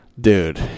Dude